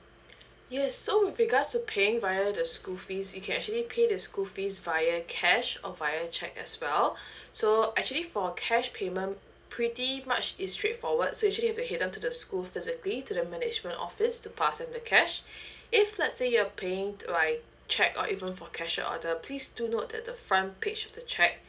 yes so with regards to paying via the school fees you can actually pay the school fees via cash or via check as well so actually for cash payment pretty much is straightforward so actually you have to head down to the school physically to the management office to pass in the cash if let's say you're paying by check or even for cash of order please do not that the front page of the check